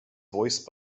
voiced